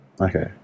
Okay